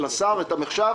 תלוי את מי אתה שואל.